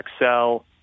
Excel